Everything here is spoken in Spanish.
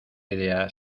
idea